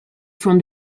from